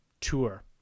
tour